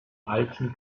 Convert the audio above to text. alten